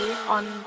on